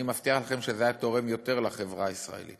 אני מבטיח לכם שזה היה תורם יותר לחברה הישראלית,